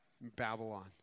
Babylon